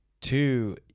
Two